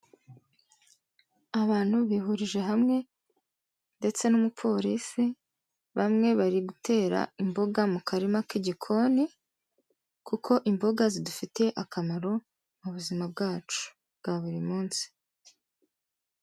Abantu bihurije hamwe ndetse n'umupolisi, bamwe bari gutera imboga mu karima k'igikoni kuko imboga zidufitiye akamaro mu buzima bwacu bwa buri munsi.